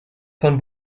von